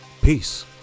peace